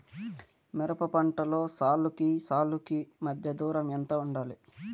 మిరప పంటలో సాలుకి సాలుకీ మధ్య దూరం ఎంత వుండాలి?